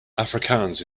afrikaans